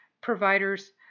providers